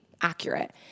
accurate